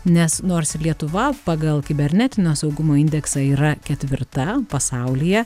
nes nors lietuva pagal kibernetinio saugumo indeksą yra ketvirta pasaulyje